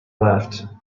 left